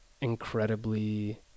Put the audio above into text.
incredibly